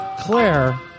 Claire